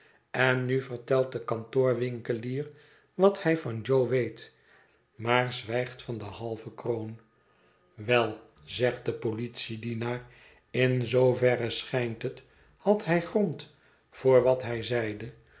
en nu vertelt de kantoorwinkelier wat hij van jo weet maar zwijgt van de halve kroon wel zegt de politiedienaar in zooverre schijnt het had hij grond voor wat hij zeide